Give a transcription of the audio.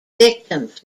victims